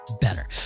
better